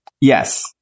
Yes